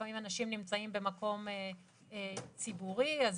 לפעמים אנשים נמצאים במקום ציבורי אז